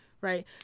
Right